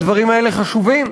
הדברים האלה חשובים.